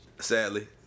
sadly